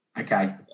Okay